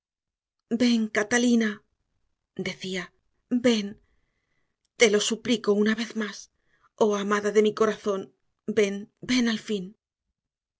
ven catalina decía ven te lo suplico una vez más oh amada de mi corazón ven ven al fin